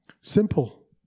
Simple